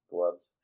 Gloves